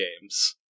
games